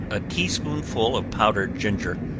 a tea-spoonful of powdered ginger,